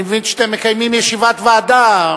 אני מבין שאתם מקיימים ישיבת ועדה,